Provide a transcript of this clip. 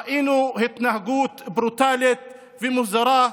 ראינו התנהגות ברוטלית ומוזרה,